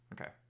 Okay